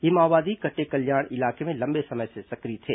ये माओवादी कटेकल्याण इलाके में लंबे समय से सक्रिय थे